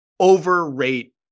overrate